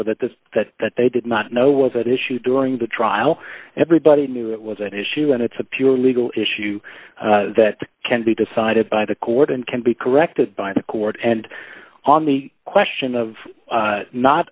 that this that that they did not know was at issue during the trial everybody knew it was an issue and it's a pure legal issue that can be decided by the court and can be corrected by the court and on the question of